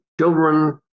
Children